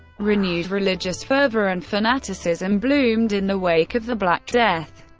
renewed religious fervour and fanaticism bloomed in the wake of the black death.